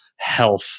health